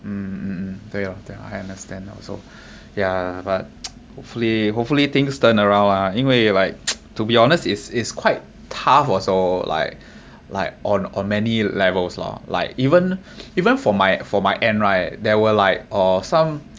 mmhmm 对 lor 对 lor I understand ah so yeah but hopefully hopefully things turn around ah 因为 like to be honest it's it's quite tough also like like on on many levels lah like even even for my for my end right there were like uh some